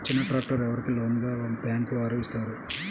చిన్న ట్రాక్టర్ ఎవరికి లోన్గా బ్యాంక్ వారు ఇస్తారు?